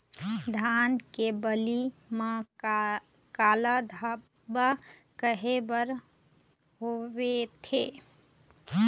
धान के बाली म काला धब्बा काहे बर होवथे?